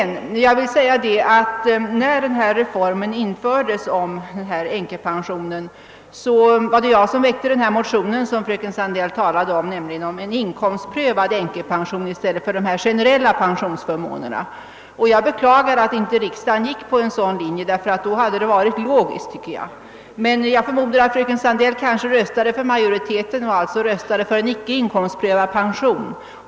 När reformen av änkepensioneringen genomfördes, föreslog jag i den motion, som fröken Sandell talade om, en inkomstprövad änkepension i stället för de generella pensionsförmånerna. Jag beklagar att inte riksdagen gick på en sådan linje. Det hade varit logiskt. Jag förmodar att fröken Sandell då röstade med majoriteten och alltså för en icke inkomstprövad pension.